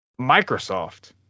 Microsoft